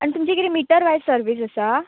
तुमची कितें meter wise service आसा